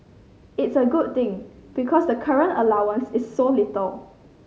it's a good thing because the current allowance is so little